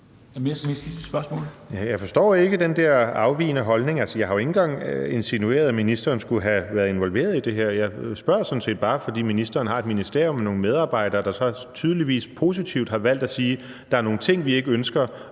Jeg forstår ikke den der afvigende holdning. Jeg har jo ikke engang insinueret, at ministeren skulle have været involveret i det her. Jeg spørger sådan set bare, fordi ministeren har et ministerium med nogle medarbejdere, der så tydeligvis positivt har valgt at sige, at der er nogle ting, vi ikke ønsker